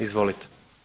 Izvolite.